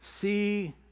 see